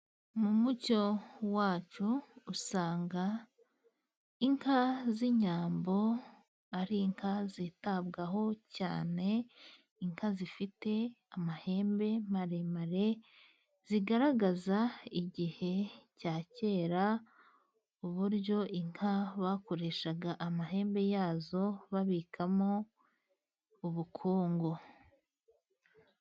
Mu muco wacu， usanga inka z'inyambo， ari inka zitabwaho cyane， inka zifite amahembe maremare， zigaragaza igihe cya kera，uburyo inka bakoreshaga amahembe yazo，babikamo ubukungu.